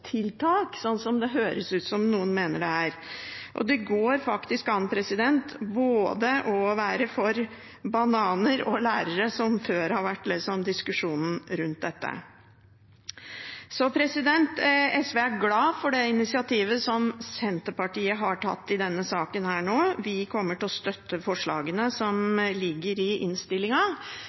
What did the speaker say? det høres ut som om noen mener det er. Det går faktisk an å være for både bananer og lærere, som diskusjonen før har vært rundt dette. SV er glad for det initiativet som Senterpartiet har tatt i denne saken. Vi kommer til å støtte forslagene som ligger i